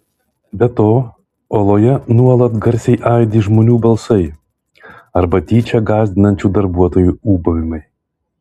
be to oloje nuolat garsiai aidi žmonių balsai arba tyčia gąsdinančių darbuotojų ūbavimai